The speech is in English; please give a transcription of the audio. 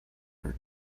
their